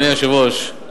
אדוני היושב-ראש,